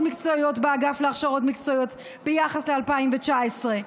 מקצועיות באגף להכשרות מקצועיות ביחס ל-2019.